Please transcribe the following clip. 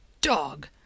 dog